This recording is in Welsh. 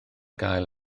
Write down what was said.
gael